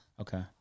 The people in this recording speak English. okay